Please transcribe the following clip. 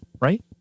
right